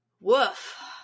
Woof